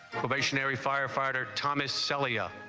stationary firefighter tomaselli up